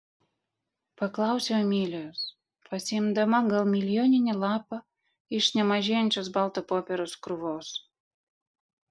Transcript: paklausiau emilijos pasiimdama gal milijoninį lapą iš nemažėjančios balto popieriaus krūvos